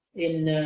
in